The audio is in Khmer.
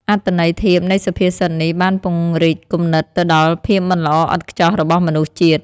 អត្ថន័យធៀបនៃសុភាសិតនេះបានពង្រីកគំនិតទៅដល់ភាពមិនល្អឥតខ្ចោះរបស់មនុស្សជាតិ។